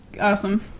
Awesome